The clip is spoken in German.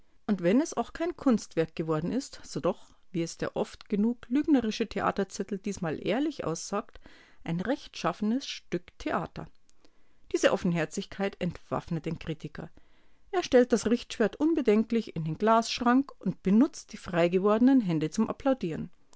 und wenn es auch kein kunstwerk geworden ist so doch wie es der oft genug lügnerische theaterzettel diesmal ehrlich aussagt ein rechtschaffenes stück theater diese offenherzigkeit entwaffnet den kritiker er stellt das richtschwert unbedenklich in den glasschrank und benutzt die freigewordenen hände zum applaudieren